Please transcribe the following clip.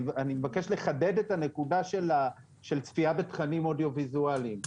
אני מבקש לחדד את הנקודה של צפייה בתכנים אודיו-ויזואליים.